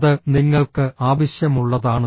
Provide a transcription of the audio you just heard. അത് നിങ്ങൾക്ക് ആവശ്യമുള്ളതാണ്